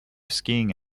skiing